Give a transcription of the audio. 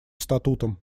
статутом